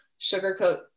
sugarcoat